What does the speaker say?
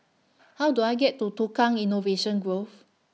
How Do I get to Tukang Innovation Grove